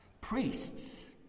priests